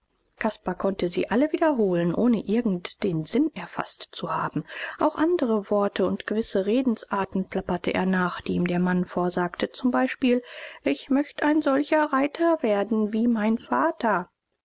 caspar konnte sie alle wiederholen ohne irgend den sinn erfaßt zu haben auch andre worte und gewisse redensarten plapperte er nach die ihm der mann vorsagte zum beispiel ich möcht ein solcher reiter werden wie mein vater